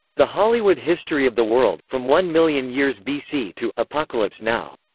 the hollywood history of the world, from one million years b c. to apocalypse now.